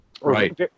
Right